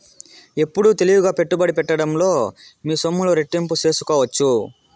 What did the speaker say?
ఎప్పుడు తెలివిగా పెట్టుబడి పెట్టడంలో మీ సొమ్ములు రెట్టింపు సేసుకోవచ్చు